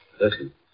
Listen